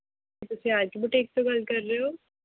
ਕੀ ਤੁਸੀਂ ਅਰਕ ਬੂਟੀਕ ਤੋਂ ਗੱਲ ਕਰ ਰਹੇ ਹੋ